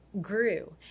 grew